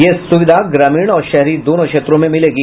यह सुविधा ग्रामीण और शहरी दोनों क्षेत्रों में मिलेगी